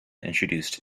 introduced